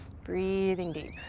breathing deep.